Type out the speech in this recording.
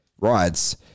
rides